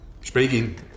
Speaking